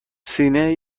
سینه